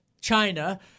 China